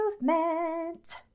movement